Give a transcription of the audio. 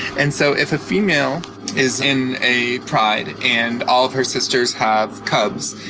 and so if a female is in a pride, and all of her sisters have cubs,